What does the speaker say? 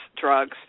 drugs